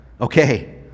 okay